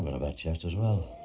a bad chest as well.